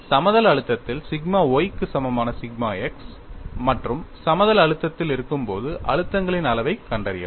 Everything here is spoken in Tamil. சமதள அழுத்தத்தில் சிக்மா y க்கு சமமான சிக்மா x மற்றும் சமதள அழுத்தத்தில் இருக்கும்போது அழுத்தங்களின் அளவைக் கண்டறியவும்